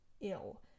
ill